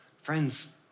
friends